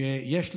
שיש לנו,